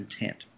intent